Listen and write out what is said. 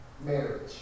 marriage